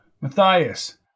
Matthias